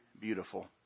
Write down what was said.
beautiful